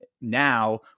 now